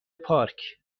پارک